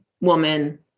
woman